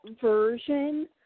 version